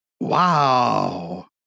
Wow